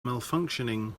malfunctioning